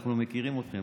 אנחנו מכירים אתכם,